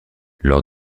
lors